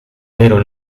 pero